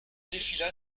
défila